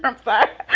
like fuck